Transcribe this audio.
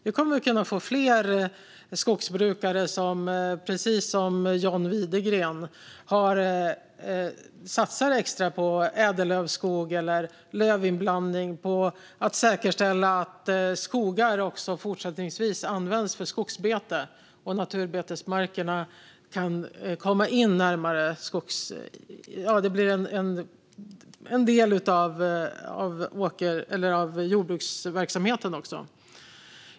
Vi kommer att kunna få fler skogsbrukare som precis som John Widegren satsar extra på ädellövskog eller lövinblandning, på att säkerställa att skogar också fortsättningsvis används för skogsbete och på att naturbetesmarkerna ska bli en del av jordbruksverksamheten.